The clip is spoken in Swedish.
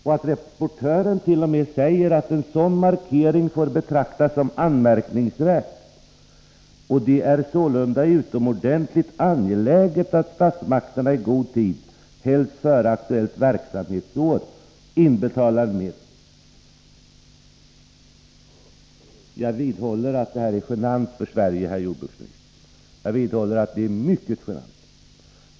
Rapportören säger t.o.m. att en sådan markering får betraktas som anmärkningsvärd och att det sålunda är utomordentligt angeläget att statsmakterna i god tid, helst före aktuellt verksamhetsår, inbetalar medlen. Jag vidhåller att detta är genant för Sverige, herr jordbruksminister, mycket genant.